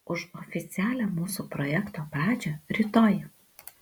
už oficialią mūsų projekto pradžią rytoj